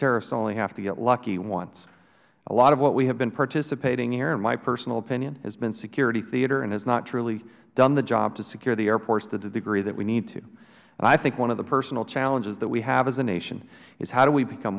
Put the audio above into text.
terrorists only have to get lucky once a lot of what we have been participating here in my personal opinion has been security theater and has not truly done the job to secure the airports to the degree that we need to and i think one of the personal challenges that we have as a nation is how do we become